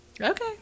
Okay